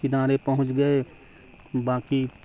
کنارے پہنچ گئے باقی